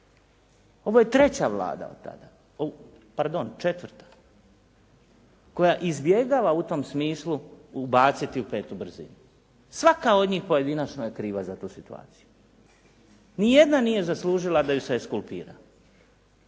Ovo je treća vlada, pardon četvrta, koja izbjegava u tom smislu ubaciti u petu brzinu. Svaka od njih pojedinačno je kriva za tu situaciju. Nijedna nije zaslužila da ju se ekskulpira.